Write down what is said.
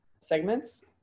segments